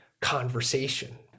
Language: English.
conversation